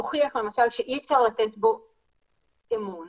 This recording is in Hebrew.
הוכיח למשל שאי אפשר לתת בו אמון